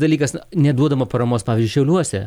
dalykas neduodama paramos pavyzdžiui šiauliuose